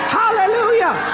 hallelujah